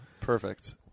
Perfect